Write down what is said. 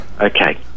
Okay